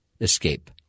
escape